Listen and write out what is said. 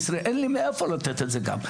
אין לי מאיפה לתת את זה גם,